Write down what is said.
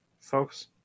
folks